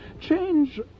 Change